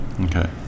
Okay